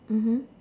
mmhmm